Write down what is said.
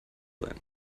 sein